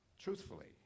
Truthfully